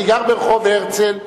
אני גר ברחוב הרצל,